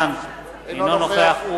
אינו נוכח גלעד ארדן,